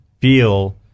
feel